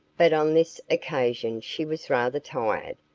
but on this occasion she was rather tired,